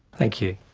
thank you.